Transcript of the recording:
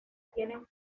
tienen